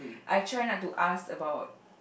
I try not to ask about